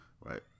right